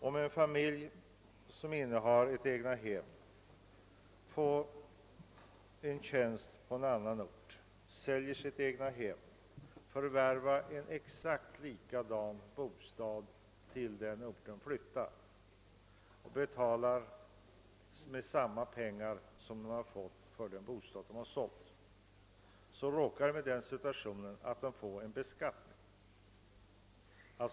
Om en person, som innehar ett egethem får en tjänst på annan ort, säljer sin villa och förvärvar en exakt likadan bostad på den ort dit familjen flyttar och då betalar med de pengar han fått för den sålda bostaden, råkar han ut för beskattning.